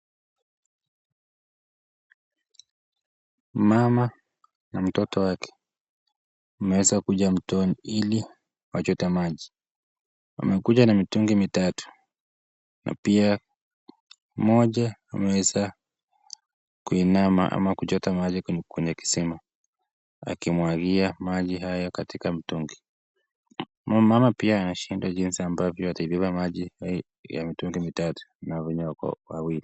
Mama na mtoto wake wameweza kuja mtoni ili wachota maji wamekuja na mitungi mitatu na pia mmoja ameweza kuinama ama kuchota maji kwenye kisima akimwagia maji haya katika mtungi mama pia anashindwa jinsi ambavyo ataibeba maji ya mitungi mitatu na wako wawili